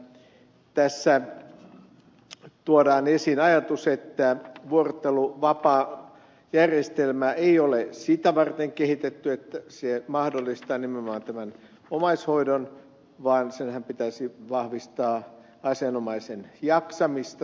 tässä tuodaan esiin ajatus että vuorotteluvapaajärjestelmä ei ole sitä varten kehitetty että se mahdollistaa nimenomaan tämän omaishoidon vaan senhän pitäisi vahvistaa asianomaisen jaksamista työelämässä